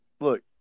Look